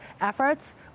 efforts